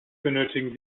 benötigen